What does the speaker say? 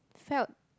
felt